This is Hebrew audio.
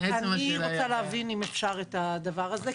אז אני רוצה להבין, אם אפשר, את הדבר הזה.